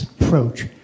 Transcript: approach